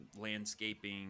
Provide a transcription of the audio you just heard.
landscaping